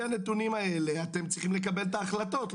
הנתונים האלה אתם צריכים לקבל את ההחלטות.